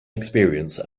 experience